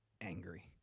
angry